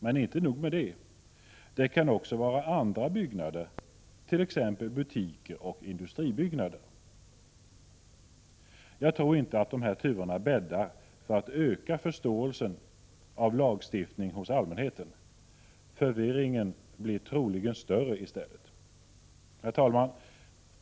Men inte nog med det — det kan vara andra byggnader, t.ex. butiker och industribyggnader. Dessa turer bäddar inte för att öka förståelsen för lagstiftningen hos allmänheten. I stället blir troligen förvirringen större. Herr talman!